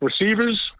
receivers